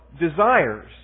desires